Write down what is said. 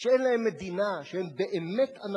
שאין להם מדינה, שהם באמת אנרכיסטים,